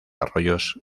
arroyos